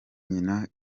nyina